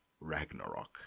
ragnarok